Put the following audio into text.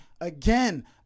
again